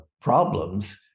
problems